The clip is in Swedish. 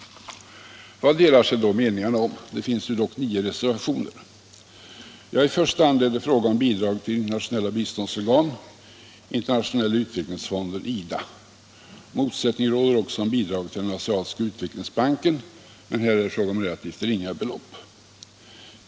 Vad delar sig då meningarna om? Det finns dock nio reservationer. Ja, i första hand är det fråga om bidraget till internationella biståndsprogram, i främsta rummet Internationella utvecklingsfonden, IDA. Motsättning råder också om bidraget till den Asiatiska utvecklingsbanken, men här är det fråga om relativt ringa belopp.